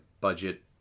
budget